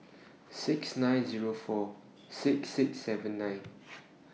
six nine Zero four six six seven nine